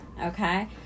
Okay